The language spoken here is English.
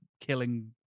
killing